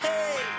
Hey